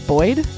Boyd